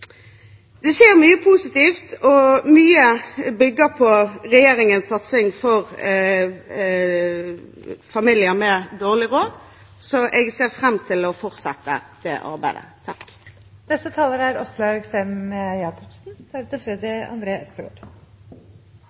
Det skjer mye positivt, og mye bygger på regjeringens satsing for familier med dårlig råd. Jeg ser fram til å fortsette det arbeidet.